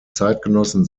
zeitgenossen